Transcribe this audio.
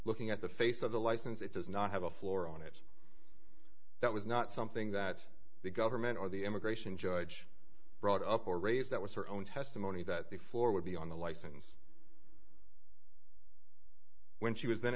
looking at the face of the license it does not have a floor on it that was not something that the government or the immigration judge brought up or raised that was her own testimony that the floor would be on the license when she was